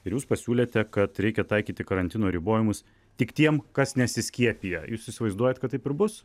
ir jūs pasiūlėte kad reikia taikyti karantino ribojimus tik tiem kas nesiskiepija jūs įsivaizduojat kad taip ir bus